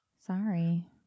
Sorry